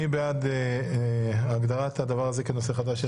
מי בעד הגדרת הדבר הזה כנושא חדש?